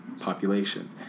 population